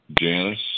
Janice